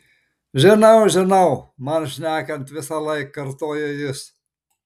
žinau žinau man šnekant visąlaik kartoja jis